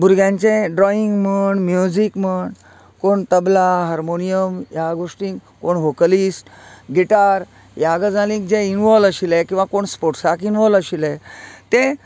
भुरग्यांचें ड्रोयिंग म्हण म्युजीक म्हण कोण तबला हार्मोनियम ह्या गोश्टिंक कोण वाॅकलिस्ट गिटार ह्या गजालींक कोण इनवाॅल्व आशिल्ले किंवां कोण स्पोर्ट्साक इनवाॅल्व आशिल्ले ते